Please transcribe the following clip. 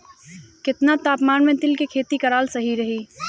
केतना तापमान मे तिल के खेती कराल सही रही?